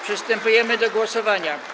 Przystępujemy do głosowania.